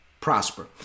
prosper